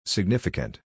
Significant